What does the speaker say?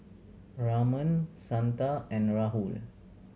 Raman Santha and Rahul